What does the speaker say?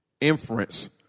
inference